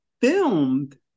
filmed